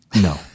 No